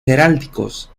heráldicos